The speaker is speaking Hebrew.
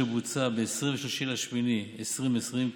שבוצע ב-23 באוגוסט 2020,